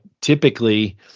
typically